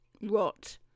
Rot